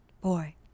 boy